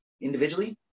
individually